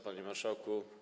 Panie Marszałku!